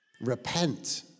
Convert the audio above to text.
Repent